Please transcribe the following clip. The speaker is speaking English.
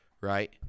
right